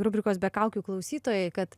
rubrikos be kaukių klausytojai kad